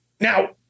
now